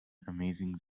amazing